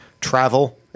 travel